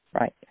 Right